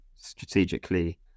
strategically